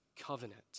covenant